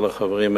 כל החברים,